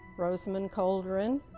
roseman calderon,